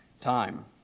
time